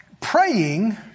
praying